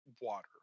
water